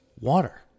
water